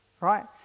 right